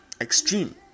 Extreme